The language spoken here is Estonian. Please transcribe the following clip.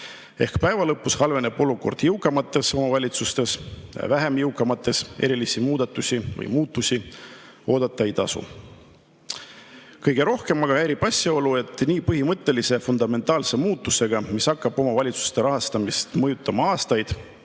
Päeva lõpuks halveneb olukord jõukamates omavalitsustes ja vähem jõukates erilisi muutusi oodata ei tasu. Kõige rohkem aga häirib asjaolu, et nii põhimõttelise fundamentaalse muudatusega, mis hakkab omavalitsuste rahastamist mõjutama aastaid,